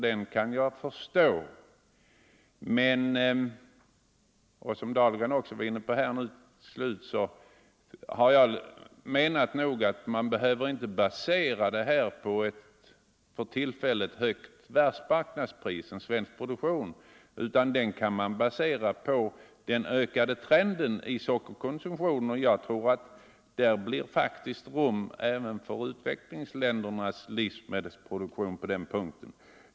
Jag kan förstå att man har ett sådant behov. Men jag menar att — och även herr Dahlgren var nu inne på detta — man behöver inte basera den svenska sockerbetsodlingen på ett för tillfället högt världsmarknadspris, utan den kan man basera på den ökade trenden i sockerkonsumtionen. Där tror jag faktiskt att det blir utrymme även för utvecklingsländernas produktion.